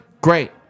Great